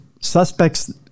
suspects